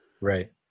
Right